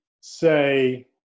say